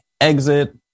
exit